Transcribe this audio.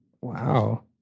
Wow